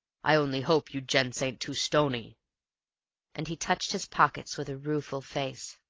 i only hope you gents ain't too stony and he touched his pockets with a rueful face.